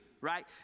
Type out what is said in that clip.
right